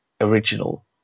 original